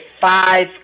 five